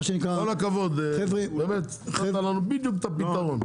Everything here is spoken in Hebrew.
הכבוד באמת, נתת לנו בדיוק את הפתרון.